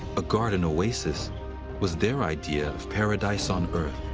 a garden oasis was their idea of paradise on earth.